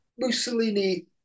Mussolini